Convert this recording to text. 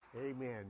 Amen